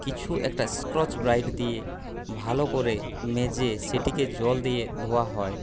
কিছু একটা Scotch Brite দিয়ে ভালো করে মেজে সেটিকে জল দিয়ে ধোওয়া হয়